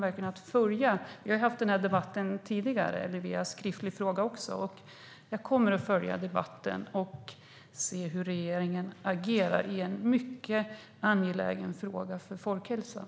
Vi har haft den här debatten tidigare, i och med en skriftlig fråga. Jag kommer att följa debatten och se hur regeringen agerar i en mycket angelägen fråga för folkhälsan.